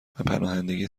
پناهندگی